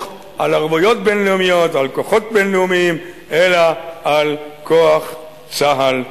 על ערבויות בין-לאומיות ועל כוחות בין-לאומיים אלא על כוח צה"ל בלבד.